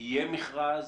שיהיה מכרז?